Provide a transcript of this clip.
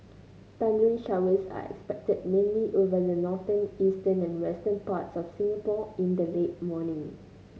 thundery showers are expected mainly over the northern eastern and western parts of Singapore in the late morning